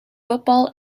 football